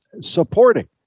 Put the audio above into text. supporting